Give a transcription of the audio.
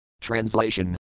Translation